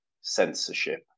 censorship